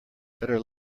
better